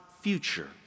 future